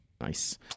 Nice